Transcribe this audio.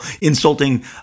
insulting